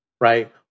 right